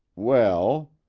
well,